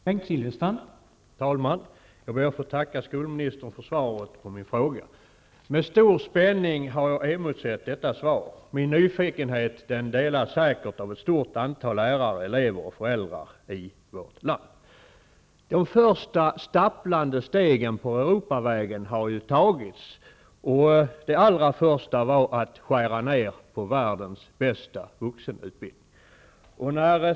Herr talman! Jag ber att få tacka skolministern för svaret på min fråga. Jag har emotsett detta svar med stor spänning. Min nyfikenhet delas säkert av ett stort antal lärare, elever och föräldrar i vårt land. De första stapplande stegen på Europavägen har ju tagits. Det allra första var att skära ner på världens bästa vuxenutbildning.